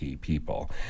people